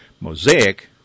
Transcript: Mosaic